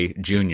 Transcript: Jr